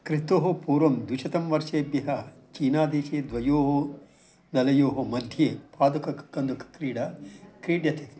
कृस्तोः पूर्वं द्विशतं वर्षेभ्यः चीनादेशे द्वयोः दलयोः मध्ये पाद कन्दुकं क्रीडा क्रीड्यते